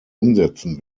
umsetzen